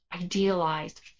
idealized